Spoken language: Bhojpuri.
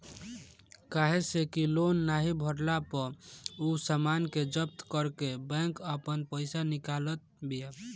काहे से कि लोन नाइ भरला पअ उ सामान के जब्त करके बैंक आपन पईसा निकालत बिया